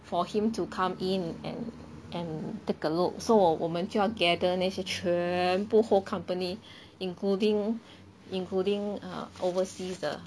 for him to come in and and take a look so 我我们就要 gather 那些全部 whole company including including uh overseas 的